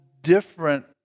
different